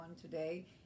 today